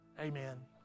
amen